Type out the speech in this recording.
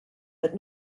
but